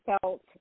felt